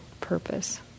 purpose